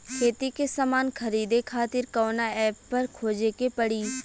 खेती के समान खरीदे खातिर कवना ऐपपर खोजे के पड़ी?